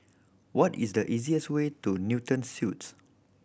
what is the easiest way to Newton Suites